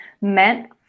meant